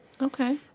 Okay